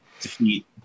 defeat